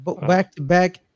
Back-to-back